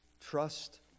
trust